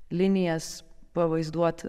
linijas pavaizduot